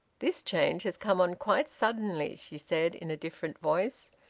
this change has come on quite suddenly, she said, in a different voice.